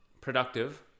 productive